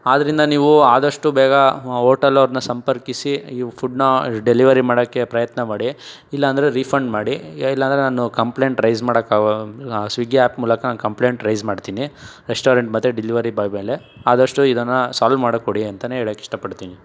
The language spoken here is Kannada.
ಆದ್ದರಿಂದ ನೀವು ಆದಷ್ಟು ಬೇಗ ಹೋಟಲ್ ಅವರನ್ನ ಸಂಪರ್ಕಿಸಿ ಇವು ಫುಡ್ನ ಡೆಲಿವರಿ ಮಾಡೋಕೆ ಪ್ರಯತ್ನ ಮಾಡಿ ಇಲ್ಲಾಂದರೆ ರಿಫಂಡ್ ಮಾಡಿ ಇಲ್ಲಾಂದರೆ ನಾನು ಕಂಪ್ಲೇಂಟ್ ರೈಸ್ ಮಾಡಕ್ಕಾ ಸ್ವಿಗ್ಗಿ ಆ್ಯಪ್ ಮೂಲಕ ನಾನು ಕಂಪ್ಲೇಂಟ್ ರೈಸ್ ಮಾಡ್ತೀನಿ ರೆಸ್ಟೋರೆಂಟ್ ಮತ್ತು ಡೆಲಿವರಿ ಬಾಯ್ ಮೇಲೆ ಆದಷ್ಟು ಇದನ್ನು ಸಾಲ್ ಮಾಡಿಕೊಡಿ ಅಂತಲೇ ಹೇಳೋಕೆ ಇಷ್ಟಪಡ್ತೀನಿ